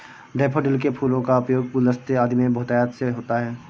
daffodil के फूलों का उपयोग गुलदस्ते आदि में बहुतायत से होता है